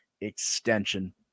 extension